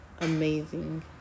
amazing